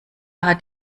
hat